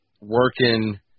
working